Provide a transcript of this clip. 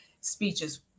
speeches